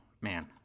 man